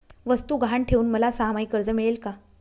वस्तू गहाण ठेवून मला सहामाही कर्ज मिळेल का?